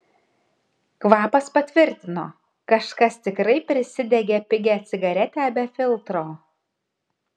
kvapas patvirtino kažkas tikrai prisidegė pigią cigaretę be filtro